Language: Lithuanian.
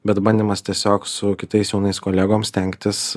bet bandymas tiesiog su kitais jaunais kolegom stengtis